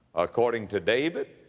according to david,